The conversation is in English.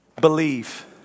believe